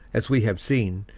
as we have seen,